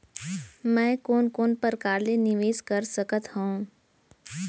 मैं कोन कोन प्रकार ले निवेश कर सकत हओं?